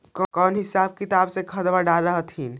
कौन हिसाब किताब से खदबा डाल हखिन?